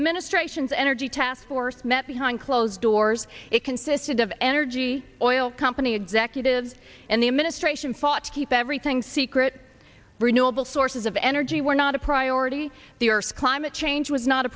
administration's energy task force met behind closed doors it consisted of energy oil company executives and the administration fought to keep everything secret renewable sources of energy were not a priority the earth's climate change was not a